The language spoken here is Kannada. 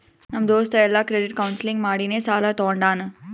ನಮ್ ದೋಸ್ತ ಎಲ್ಲಾ ಕ್ರೆಡಿಟ್ ಕೌನ್ಸಲಿಂಗ್ ಮಾಡಿನೇ ಸಾಲಾ ತೊಂಡಾನ